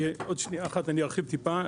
ארחיב טיפה.